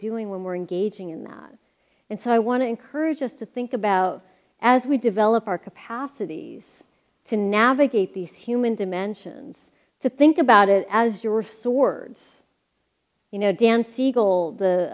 doing when we're engaging in that and so i want to encourage us to think about as we develop our capacities to navigate these human dimensions to think about it as you were so words you know dan siegel the